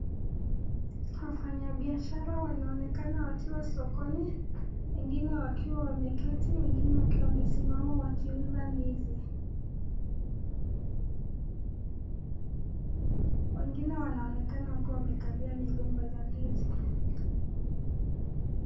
Wafanyabiashara wanaonekana wakiwa sokoni wengine wakiwa wameketi, wengine wakiwa wamesimama wakiuza ndizi. Wengine wanaonekana wakiwa wamekalia migomba za ndizi.